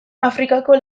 afrikako